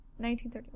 1931